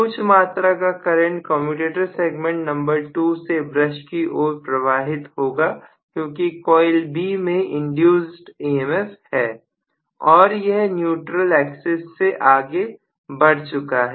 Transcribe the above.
कुछ मात्रा का करंट कमयुटेटर सेगमेंट नंबर 2 से ब्रश की ओर प्रवाहित होगा क्योंकि कॉइल B में इंड्यूस्ड ईएमएफ है और यह न्यूट्रल एक्सिस से आगे बढ़ चुका है